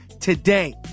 today